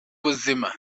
buzima